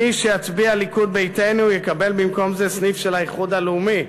מי שיצביע הליכוד ביתנו יקבל במקום זה סניף של האיחוד הלאומי".